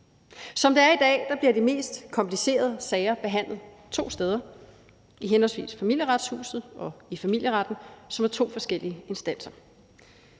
Som det er i dag, bliver de mest komplicerede sager behandlet to steder, nemlig i henholdsvis Familieretshuset og i familieretten, som er to forskellige instanser.